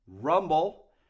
Rumble